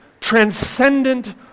transcendent